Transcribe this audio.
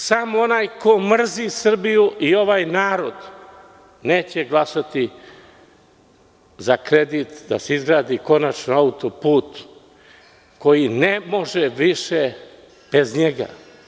Samo onaj ko mrzi Srbiju i ovaj narod neće glasati za kredit, da se izgradi konačno autoput koji ne može više bez njega.